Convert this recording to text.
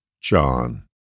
John